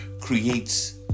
creates